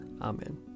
Amen